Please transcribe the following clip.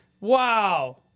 Wow